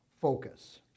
Focus